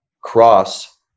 cross